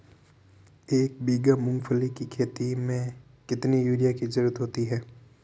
एक बीघा मूंगफली की खेती में कितनी यूरिया की ज़रुरत होती है?